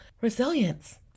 resilience